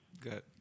Good